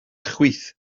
chwith